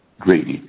greatly